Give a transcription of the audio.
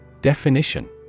Definition